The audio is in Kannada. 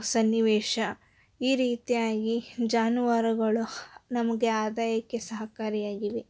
ಸನ್ನಿವೇಶ ಈ ರೀತಿಯಾಗಿ ಜಾನುವಾರುಗಳು ನಮಗೆ ಆದಾಯಕ್ಕೆ ಸಹಕಾರಿಯಾಗಿವೆ